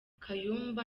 kayumba